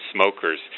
smokers